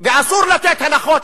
ואסור לתת הנחות.